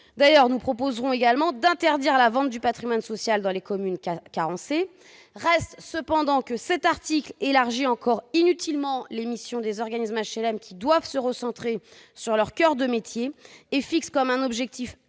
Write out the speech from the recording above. d'ailleurs également d'interdire la vente du patrimoine social dans les communes carencées. Reste que cet article élargit encore inutilement les missions des organismes d'HLM, qui doivent se recentrer sur leur coeur de métier. Il fixe en effet comme un objectif